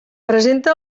presenta